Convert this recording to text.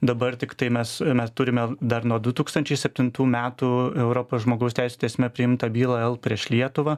dabar tiktai mes mes turime dar nuo du tūkstančiai septintų metų europos žmogaus teisių teisme priimtą bylą l prieš lietuvą